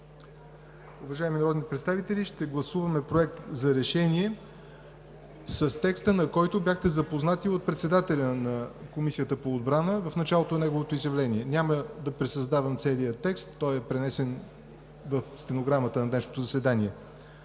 Уважаеми народни представители, ще гласуваме Проект на решение с текста, с който бяхте запознати от председателя на Комисията по отбрана в началото на неговото изявление. Няма да пресъздавам целия текст – той е пренесен в стенограмата на днешното заседание.